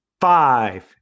five